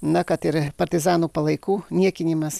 na kad ir partizanų palaikų niekinimas